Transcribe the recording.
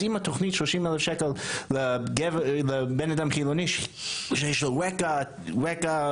אז אם התוכנית 30 אלף שקל לבן אדם חילוני שיש לו רקע מדעי,